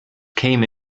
came